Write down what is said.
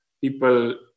People